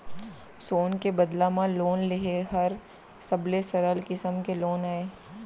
सोन के बदला म लोन लेहे हर सबले सरल किसम के लोन अय